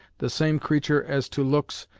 the same creatur' as to looks,